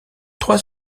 trois